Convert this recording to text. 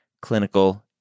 clinical